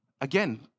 again